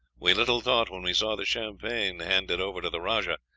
we little thought, when we saw the champagne handed over to the rajah,